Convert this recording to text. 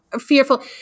fearful